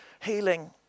healing